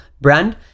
brand